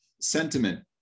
Sentiment